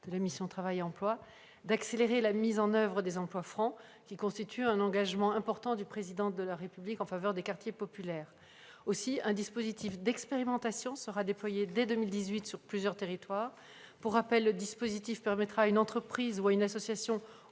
de la mission « Travail et emploi », d'accélérer la mise en oeuvre des emplois francs, qui constituent un engagement important du Président de la République en faveur des quartiers populaires. Aussi un dispositif d'expérimentation sera-t-il déployé dès 2018 sur plusieurs territoires. Pour rappel, le dispositif permettra à une entreprise ou à une association, où qu'elle